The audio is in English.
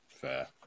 Fair